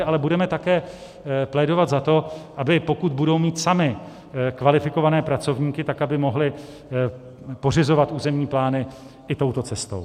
Ale budeme také plédovat za to, aby pokud budou mít samy kvalifikované pracovníky, tak aby mohly pořizovat územní plány i touto cestou.